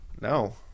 No